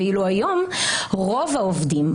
ואילו היום רוב העובדים,